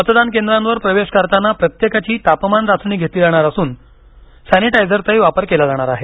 मतदान केंद्रांवर प्रवेश करताना प्रत्येकाची तापमान चाचणी घेतली जाणार असून सॅनीटायझरचाही वापर केला जाणार आहे